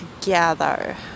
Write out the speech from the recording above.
together